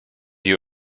you